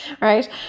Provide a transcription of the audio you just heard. right